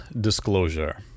disclosure